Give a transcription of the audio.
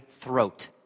throat